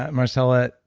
marcella,